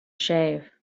shave